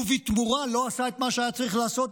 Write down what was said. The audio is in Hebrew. ובתמורה לא עשה את מה שהיה צריך לעשות,